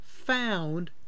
found